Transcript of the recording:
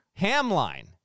Hamline